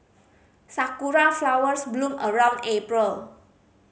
sakura flowers bloom around April